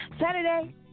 Saturday